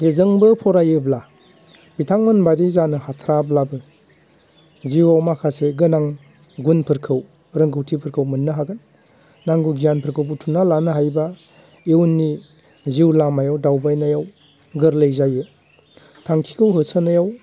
जे जोंबो फरायोब्ला बिथांमोनबायदि जानो हाथ्राब्लाबो जिउआव माखासे गोनां गुनफोरखौ रोंगौथिफोरखौ मोननो हागोन नांगौ गियानफोरखौ बुथुमना लानो हायोबा उननि जिउ लामायाव दावबायनायाव गोरलै जायो थांखिखौ होसोनायाव